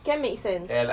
can make sense